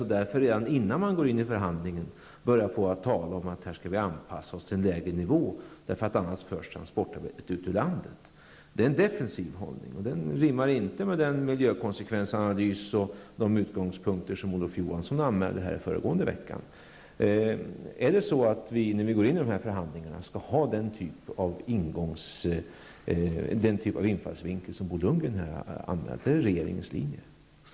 Men att redan innan man går in i förhandlingen börja tala om att vi skall anpassa oss till en lägre nivå, eftersom transportarbetet annars förs ut ur landet, är en defensiv hållning, som inte rimmar med den miljökonsekvensanalys och de utgångspunkter som Är det regeringens linje att vi när vi går in i dessa förhandlingar skall ha den infallsvinkel som Bo Lundgren här har angivit?